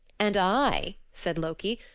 and i, said loki,